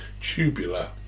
tubular